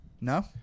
No